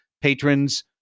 Patrons